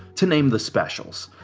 to name the specials.